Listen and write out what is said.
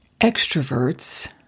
Extroverts